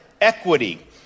equity